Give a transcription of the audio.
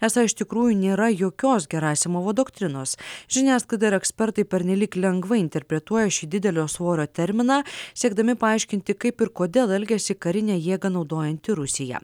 esą iš tikrųjų nėra jokios gerasimovo doktrinos žiniasklaida ir ekspertai pernelyg lengvai interpretuoja šį didelio svorio terminą siekdami paaiškinti kaip ir kodėl elgiasi karinę jėgą naudojanti rusija